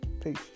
peace